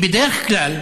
כי בדרך כלל,